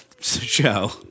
Show